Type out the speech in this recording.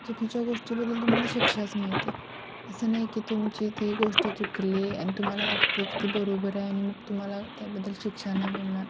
चुकीच्या गोष्टीबद्दल तुम्हाला शिक्षाच मिळते असं नाही की तुमची ती गोष्ट चुकली आणि तुम्हाला वाटते की ती बरोबर आहे आणि मग तुम्हाला त्याबद्दल शिक्षा नाही मिळणार